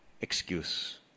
excuse